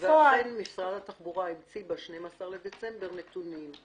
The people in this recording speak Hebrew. ואכן משרד התחבורה המציא ב-12 בדצמבר נתונים.